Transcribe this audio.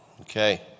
Okay